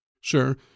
Sure